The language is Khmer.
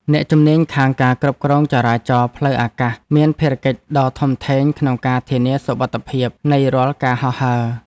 អ្នកជំនាញខាងការគ្រប់គ្រងចរាចរណ៍ផ្លូវអាកាសមានភារកិច្ចដ៏ធំធេងក្នុងការធានាសុវត្ថិភាពនៃរាល់ការហោះហើរ។